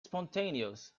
spontaneous